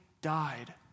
died